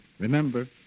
Remember